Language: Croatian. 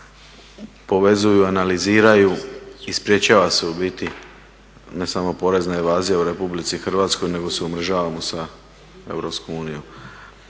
povezuju analiziraju i sprečava se u biti ne samo porezna evazija u RH nego se umrežavamo sa EU.